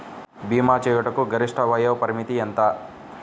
భీమా చేయుటకు గరిష్ట వయోపరిమితి ఎంత?